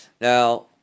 now